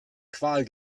qual